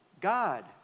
God